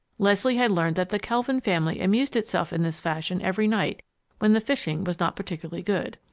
leslie had learned that the kelvin family amused itself in this fashion every night when the fishing was not particularly good.